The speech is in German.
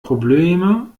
probleme